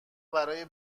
برای